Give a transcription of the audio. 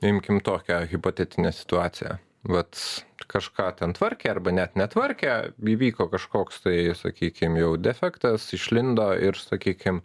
imkim tokią hipotetinę situaciją vat kažką ten tvarkė arba net netvarkė įvyko kažkoks tai sakykim jau defektas išlindo ir sakykim